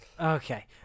Okay